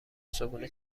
صبحونه